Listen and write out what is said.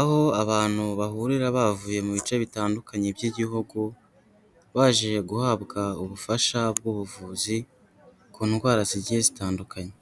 aho abantu bahurira bavuye mu bice bitandukanye by'igihugu, baje guhabwa ubufasha bw'ubuvuzi, ku ndwara zigiye zitandukanye.